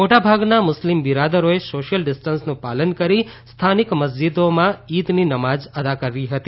મોટાભાગના મુસ્લીમ બિરાદરોએ સોશ્યલ ડિસ્ટન્સનું પાલન કરી સ્થાનિક મસ્જીદોમાં ઇદની નમાજ અદા કરી હતી